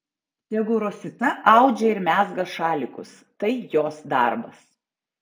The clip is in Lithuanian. tegu rosita audžia ir mezga šalikus tai jos darbas